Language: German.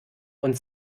und